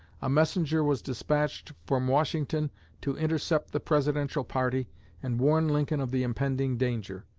a messenger was despatched from washington to intercept the presidential party and warn lincoln of the impending danger.